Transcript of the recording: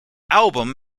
album